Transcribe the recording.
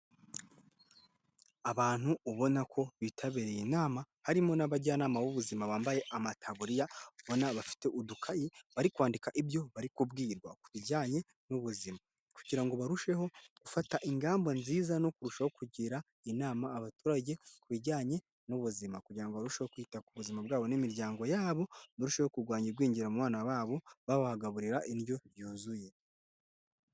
Abantu ubona ko bitabiriye inama harimo n'abajyanama b'ubuzima bambaye amataburiya ubona bafite udukayi bari kwandika ibyo bari kubwirwa ku bijyanye n'ubuzima kugira ngo barusheho gufata ingamba nziza no kurushaho kugira inama abaturage ku bijyanye n'ubuzima, kugira ngo barusheho kwita ku buzima bwabo n'imiryango yabo mururusheho kurwanya igwingira mu bana babo babahagaburira indyo yuzuye.